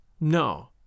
No